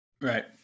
Right